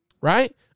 right